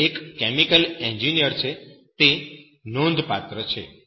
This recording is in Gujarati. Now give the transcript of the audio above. જે એક કેમિકલ એન્જિનિયર છે તે નોંધપાત્ર છે